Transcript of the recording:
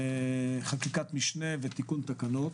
חקיקת משנה ותיקון תקנות.